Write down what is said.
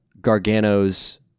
Gargano's